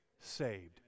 saved